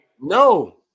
No